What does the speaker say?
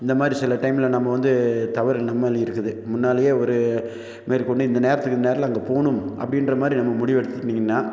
இந்த மாதிரி சில டைமில் நம்ம வந்து தவறு நம்ம மேலேயும் இருக்குது முன்னாடியே ஒரு இதுமாரி போகணும் இந்த நேரத்துக்கு இந்த நேரத்தில் அங்கே போகணும் அப்படிங்ற மாதிரி நம்ம முடிவு எடுத்திங்கன்னால்